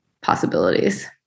possibilities